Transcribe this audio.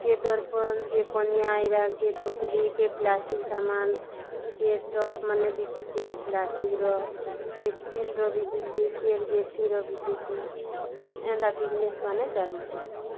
କିଏ ଦର୍ପନ୍ କିଏ ପନିଆ ଇରା କିଏ ଟୁପ୍ଲି ପ୍ଲାଷ୍ଚିକ୍ ସାମାନ୍ କିଏ ଟପ୍ମାନ ବିକୁଛି କିଏ ପ୍ଲାଷ୍ଟିକ୍ର କିଏ ଷ୍ଚିଲ୍ର ବିକୁଛି କିଏ ବିକୁଛି ଏନ୍ତା ବିଜିନେସ୍ମାନେ ଚାଲିଛି